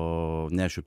o nešiu